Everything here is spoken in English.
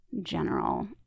general